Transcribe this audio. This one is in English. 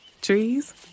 Trees